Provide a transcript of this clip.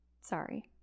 sorry